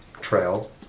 trail